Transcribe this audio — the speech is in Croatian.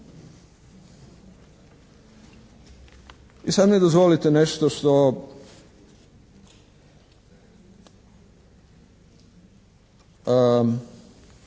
I sada mi dozvolite nešto što